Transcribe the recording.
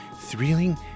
thrilling